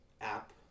app